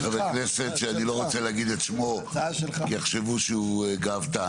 של חבר כנסת שאיני רוצה לומר את שמו כדי שלא יחשבו שהוא גאוותן